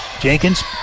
Jenkins